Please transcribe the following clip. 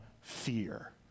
fear